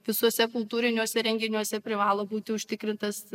visuose kultūriniuose renginiuose privalo būti užtikrintas